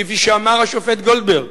כפי שאמר השופט גולדברג,